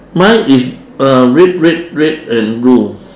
mine is uh red red red and blue